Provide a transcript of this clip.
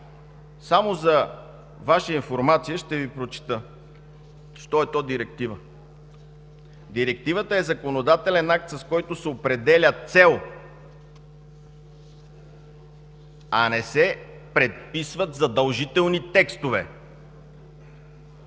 Само за Ваша информация ще прочета що е то директива: „Директивата е законодателен акт, с който се определя цел – а не се предписват задължителни текстове